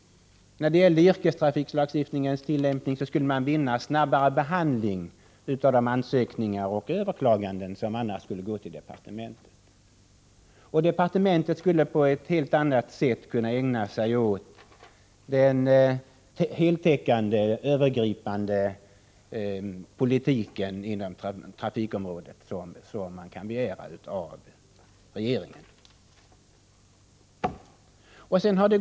När det gällde yrkestrafiklagstiftningens tillämpning skulle man vinna snabbare behandling av de ansökningar och överklaganden som annars skulle gå till departementet, och departementet skulle på ett helt annat sätt kunna ägna sig åt den heltäckande övergripande politiken inom trafikområdet som man kan begära av regeringen.